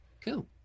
cool